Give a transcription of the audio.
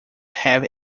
have